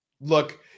Look